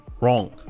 wrong